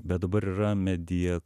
bet dabar yra media